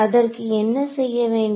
அதற்கு என்ன செய்ய வேண்டும்